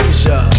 Asia